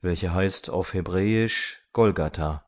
welche heißt auf hebräisch golgatha